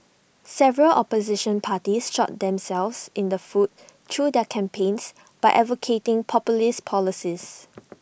several opposition parties shot themselves in the foot through their campaigns by advocating populist policies